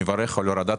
אני מברך על הורדת